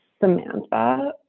Samantha